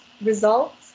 results